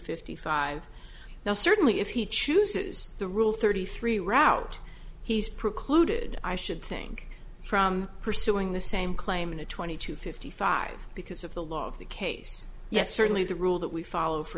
fifty five now certainly if he chooses the rule thirty three route he's precluded i should think from pursuing the same claim in a twenty two fifty five because of the law of the case yet certainly the rule that we follow for